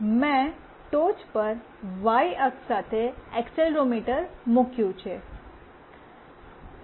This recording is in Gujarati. મેં ટોચ પર વાય અક્ષ સાથે એક્સેલરોમીટર મૂક્યું છે